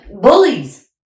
bullies